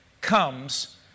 comes